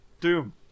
Doom